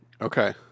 Okay